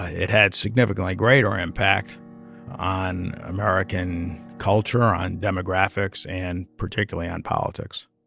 it had significantly greater impact on american culture, on demographics and particularly on politics